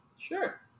Sure